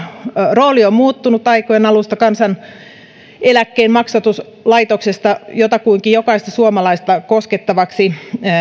rooli on muuttunut aikojen alusta kansaneläkkeen maksatuslaitoksesta jotakuinkin jokaista suomalaista koskettavaksi